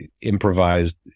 improvised